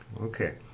Okay